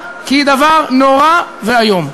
והוא נורא ואיום,